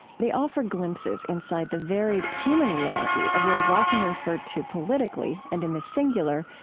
they offer glimpses inside the varied human reality of what is often referred to politically and, in the singular,